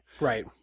Right